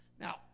Now